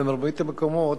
במרבית המקומות,